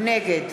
נגד